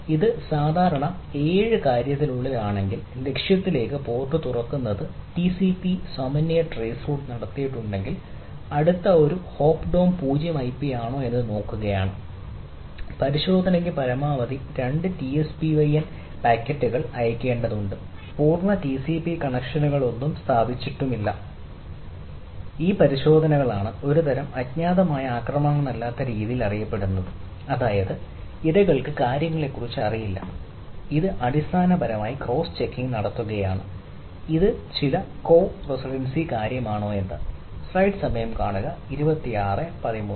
ഇത് സാധാരണ ഏഴ് കാര്യത്തിനുള്ളിലാണെങ്കിൽ ലക്ഷ്യത്തിലേക്ക് പോർട്ട് തുറക്കുന്നതിന് ടിസിപി നടത്തുകയാണ് ഇത് ചില കോ റെസിഡൻസി കാര്യമാണോ എന്ന്